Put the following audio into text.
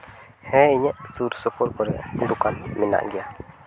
ᱦᱮᱸ ᱤᱧᱟᱹᱜ ᱥᱩᱨ ᱥᱩᱯᱩᱨ ᱠᱚᱨᱮᱫ ᱫᱚᱠᱟᱱ ᱢᱮᱱᱟᱜ ᱜᱮᱭᱟ